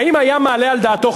האם היה מעלה על דעתו,